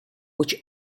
which